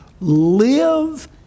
live